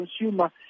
consumer